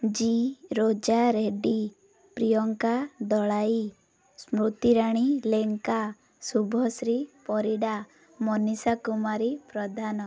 G Roja Reddy Priyanka Dalai Smritirani Lenka Subhashree Parida Manisha Kumari Pradhan